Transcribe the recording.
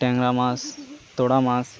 ট্যাংরা মাছ তোড়া মাছ